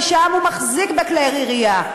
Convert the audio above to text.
כי שם הוא מחזיק בכלי ירייה.